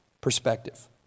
perspective